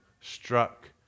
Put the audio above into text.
struck